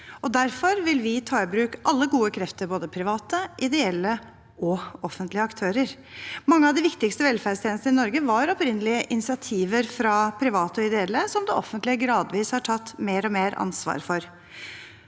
Derfor vil vi ta i bruk alle gode krefter, både private, ideelle og offentlige aktører. Mange av de viktigste velferdstjenestene i Norge var opprinnelig initiativer fra private og ideelle som det offentlige gradvis har tatt mer og mer ansvar for.